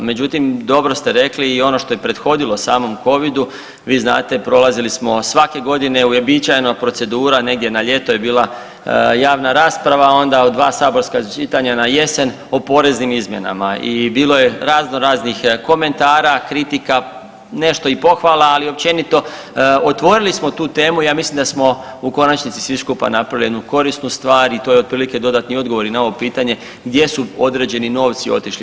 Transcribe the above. Međutim, dobro ste rekli i ono što je prethodilo samom covidu, vi znate prolazili smo svake godine uobičajena procedura negdje na ljeto je bila javna rasprava, a onda u dva saborska čitanja na jesen o poreznim izmjenama i bilo je raznoraznih komentara, kritika, nešto i pohvala, ali općenito otvorili smo tu temu i ja mislim da smo u konačnici svi skupa napravili jednu korisnu stvar i to je otprilike dodatni odgovor i na ovo pitanje gdje su određeni novci otišli.